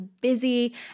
busy